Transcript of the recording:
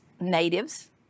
natives